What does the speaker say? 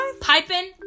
Piping